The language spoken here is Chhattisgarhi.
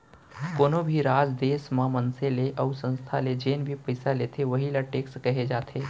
कोनो भी राज, देस ह मनसे ले अउ संस्था ले जेन भी पइसा लेथे वहीं ल टेक्स कहे जाथे